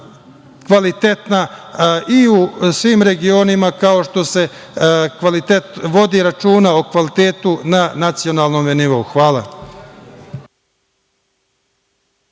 u svim regionima, kao što se vodi računa o kvalitetu na nacionalnom nivou. Hvala.